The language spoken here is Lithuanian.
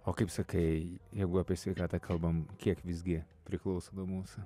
o kaip sakai jeigu apie sveikatą kalbam kiek visgi priklauso nuo mūsų